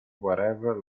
whatever